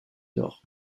nord